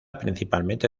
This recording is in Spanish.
principalmente